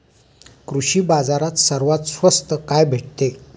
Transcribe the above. कृषी बाजारात सर्वात स्वस्त काय भेटते?